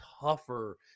tougher